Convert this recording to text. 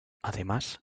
además